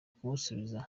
kumusubiza